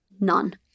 None